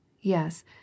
Yes